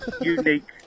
unique